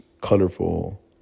colorful